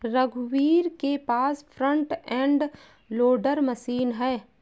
रघुवीर के पास फ्रंट एंड लोडर मशीन है